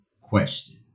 question